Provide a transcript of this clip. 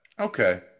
Okay